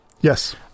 Yes